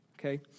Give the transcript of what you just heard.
Okay